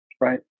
right